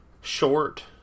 short